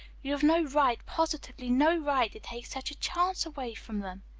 you've no right, positively no right, to take such a chance away from them.